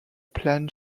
plan